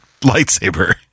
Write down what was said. lightsaber